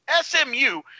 SMU